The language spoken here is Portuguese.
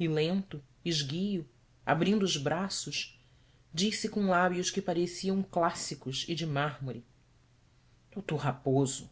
e lento esguio abrindo os braços disse com lábios que pareciam clássicos e de mármore d raposo